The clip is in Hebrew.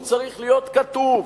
הוא צריך להיות כתוב.